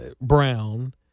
Brown